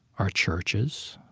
our churches,